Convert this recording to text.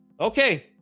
Okay